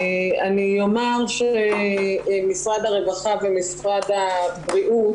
אני אומר שמשרד הרווחה ומשרד הבריאות,